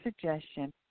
suggestion